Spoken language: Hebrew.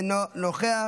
אינו נוכח,